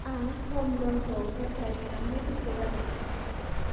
आं ह'म ल'नखौ एप्लाइ खालामनो गोसो जादों